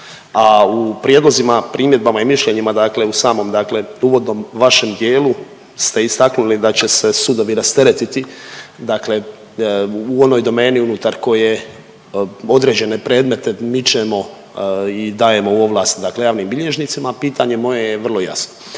a u prijedlozima, primjedbama i mišljenjima, dakle u samom dakle uvodnom vašem dijelu ste istaknuli da će se sudovi rasteretiti dakle u onoj domeni unutar koje određene predmete mičemo i dajemo ovlast dakle javnim bilježnicima, pitanje moje je vrlo jasno.